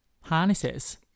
Harnesses